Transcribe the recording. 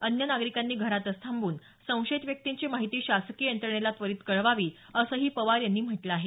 अन्य नागरिकांनी घरातच थांबून संशयित व्यक्तींची माहिती शासकीय यंत्रणेला त्वरित कळवावी असंही पवार यांनी म्हटलं आहे